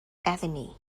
etienne